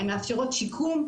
הן מאפשרות שיקום,